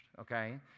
okay